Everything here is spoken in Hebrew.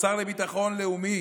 השר לביטחון לאומי